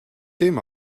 dim